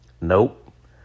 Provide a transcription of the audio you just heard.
Nope